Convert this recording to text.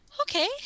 Okay